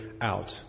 out